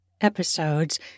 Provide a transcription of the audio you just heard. episodes